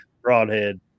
broadhead